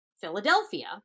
Philadelphia